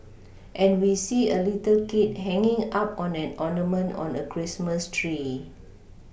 and we see a little kid hanging up on an ornament on a Christmas tree